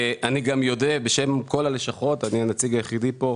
ואני הנציג היחידי פה,